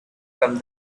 from